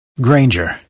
Granger